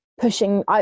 Pushing